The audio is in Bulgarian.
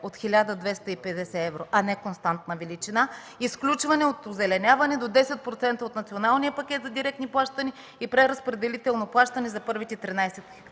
от 1250 евро, а не константна величина, изключване от озеленяване, до 10% от националния пакет за директни плащания и преразпределително плащане за първите 13